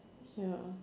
ya